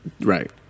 right